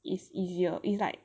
is easier it's like